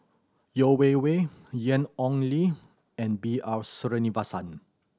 Yeo Wei Wei Ian Ong Li and B R Sreenivasan